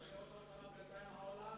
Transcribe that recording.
אתה עושה את ההיפך.